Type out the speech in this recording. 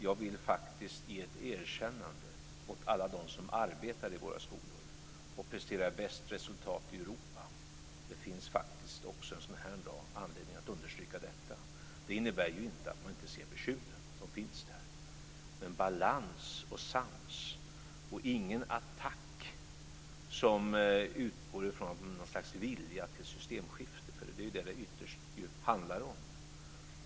Jag vill faktiskt ge ett erkännande till alla dem som arbetar i våra skolor och presterar bäst resultat i Europa. Även en sådan här dag finns det anledning att understryka detta. Det innebär inte att man inte ser bekymren. De finns där. Men det ska vara balans och sans, ingen attack som utgår från något slags vilja till systemskifte. Det är vad det ytterst handlar om.